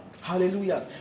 Hallelujah